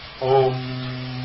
om